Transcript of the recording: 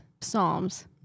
Psalms